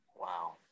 Wow